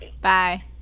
bye